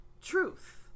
truth